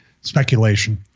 Speculation